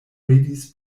ridis